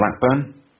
Blackburn